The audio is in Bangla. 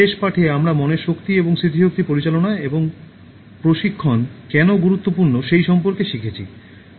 শেষ পাঠে আমরা মনের শক্তি এবং স্মৃতিশক্তি পরিচালনা এবং প্রশিক্ষণ কেন গুরুত্বপূর্ণ সেই সম্পর্কে শিখেছি